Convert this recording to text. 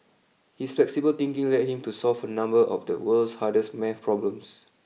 his flexible thinking led him to solve a number of the world's hardest math problems